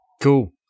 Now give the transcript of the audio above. Cool